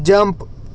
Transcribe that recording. jump